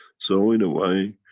so in a way,